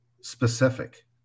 specific